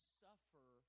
suffer